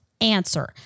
answer